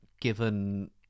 given